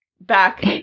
back